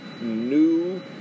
new